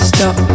Stop